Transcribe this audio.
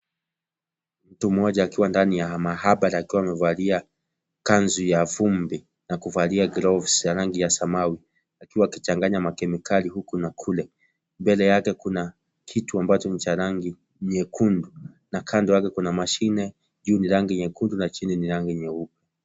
Mtu mmoja akiwa ndani ya maabara, akiwa amevalia kanzu ya vumbi na kuvalia gloves za rangi ya samawi akiwa akichanganya makemikali huku na kule, mbele yake kuna kitu ambacho ni cha rangi nyekundu na kando yake kuna mashine juu ni rangi nyekundu na chini ni rangi nyeupe.